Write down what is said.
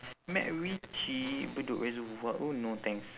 macritchie bedok reservoir oh no thanks